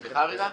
התחלת?